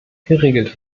geregelt